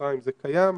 מצרים זה קיים,